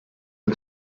and